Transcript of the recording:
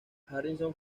harrison